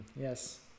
Yes